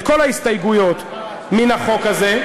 את כל ההסתייגויות מן החוק הזה,